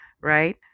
right